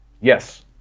Yes